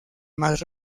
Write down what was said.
más